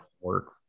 work